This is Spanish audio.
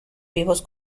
vivos